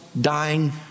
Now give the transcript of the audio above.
dying